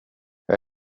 jag